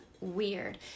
weird